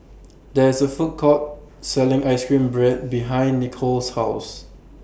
There IS A Food Court Selling Ice Cream Bread behind Nicole's House